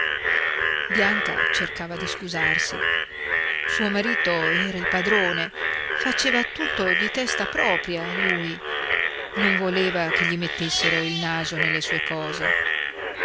bianca cercava di scusarsi suo marito era il padrone faceva tutto di testa propria lui non voleva che gli mettessero il naso nelle sue cose